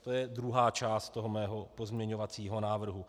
To je druhá část mého pozměňovacího návrhu.